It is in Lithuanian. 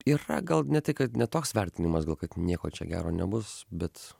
yra gal ne tik kad ne toks vertinimas gal kad nieko čia gero nebus bet